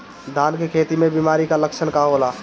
धान के खेती में बिमारी का लक्षण का होला?